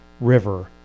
River